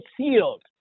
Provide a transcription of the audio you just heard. sealed